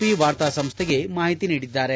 P ವಾರ್ತಾ ಸಂಸ್ಥೆಗೆ ಮಾಹಿತಿ ನೀಡಿದ್ದಾರೆ